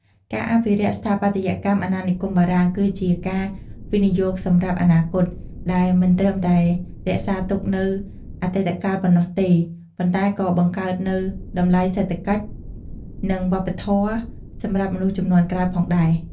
ការអភិរក្សស្ថាបត្យកម្មអាណានិគមបារាំង គឺជាការវិនិយោគសម្រាប់អនាគត ដែលមិនត្រឹមតែរក្សាទុកនូវអតីតកាលប៉ុណ្ណោះទេ ប៉ុន្តែក៏បង្កើតនូវតម្លៃសេដ្ឋកិច្ច និងវប្បធម៌សម្រាប់មនុស្សជំនាន់ក្រោយផងដែរ។